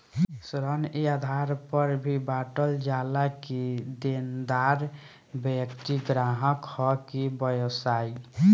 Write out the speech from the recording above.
ऋण ए आधार पर भी बॉटल जाला कि देनदार व्यक्ति ग्राहक ह कि व्यवसायी